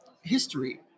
history